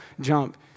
jump